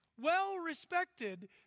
well-respected